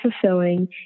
fulfilling